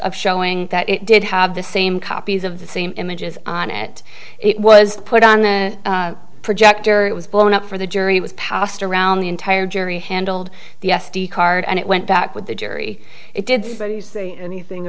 of showing that it did have the same copies of the same images on it it was put on the projector it was blown up for the jury was passed around the entire jury handled the s d card and it went back with the jury it did you say anything